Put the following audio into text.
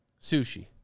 sushi